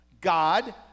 God